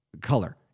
color